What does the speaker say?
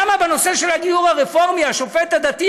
למה בנושא הגיור הרפורמי השופט הדתי